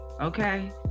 okay